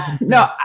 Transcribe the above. no